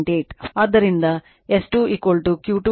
ಆದ್ದರಿಂದ S 2 q 2 sin 2 ಅಂದರೆ 45 0